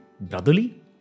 brotherly